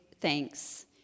thanks